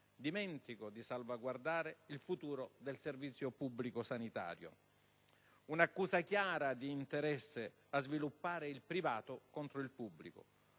dimentico di salvaguardare il futuro del servizio pubblico sanitario. Un'accusa chiara di interesse a sviluppare il privato contro il pubblico.